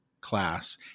class